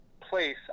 place